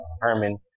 Herman